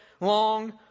long